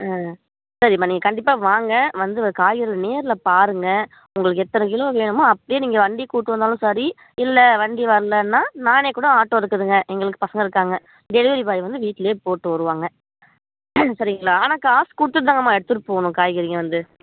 ஆ சரிங்கம்மா நீங்கள் கண்டிப்பாக வாங்க வந்து காய்கறி நேரில் பாருங்கள் உங்களுக்கு எத்தனை கிலோ வேணுமோ அப்படியே நீங்கள் வண்டியை கூப்பிட்டு வந்தாலும் சரி இல்லை வண்டி வர்லைன்னா நானே கூட ஆட்டோ இருக்குதுங்க எங்களுக்கு பசங்க இருக்காங்க டெலிவரி பாய் வந்து வீட்ல போட்டு வருவாங்க சரிங்களா ஆனால் காசு கொடுத்துட்டு தாங்க அம்மா எடுத்துகிட்டு போகணும் காய்கறிங்களை வந்து